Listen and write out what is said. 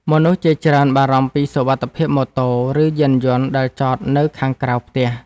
មនុស្សជាច្រើនបារម្ភពីសុវត្ថិភាពម៉ូតូ ឬយានយន្តដែលចតនៅខាងក្រៅផ្ទះ។